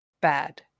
Bad